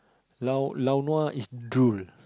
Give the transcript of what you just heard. lao nua is drool